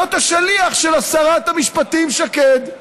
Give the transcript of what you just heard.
להיות השליח של שרת המשפטים שקד.